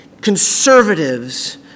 conservatives